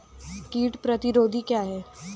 कीट प्रतिरोधी क्या है?